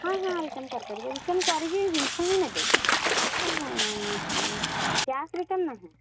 ହଁ ହଁ ରିଟର୍ନ କରିପାରିବେ ରିଟର୍ନ କରିକି ଜିନିଷ ହିଁ ନେବେ ଆଉ କ୍ୟାସ ରିଟର୍ନ ନାହିଁ